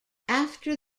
after